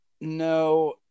No